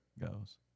goes